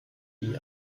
die